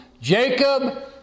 Jacob